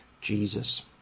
Jesus